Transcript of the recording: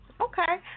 Okay